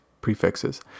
prefixes